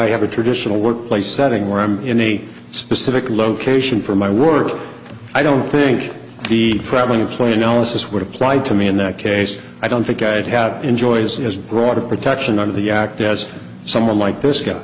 i have a traditional workplace setting where i'm in a specific location for my work i don't think the traveling employee analysis would apply to me in that case i don't think i'd had enjoys as broad of protection under the act as someone like this guy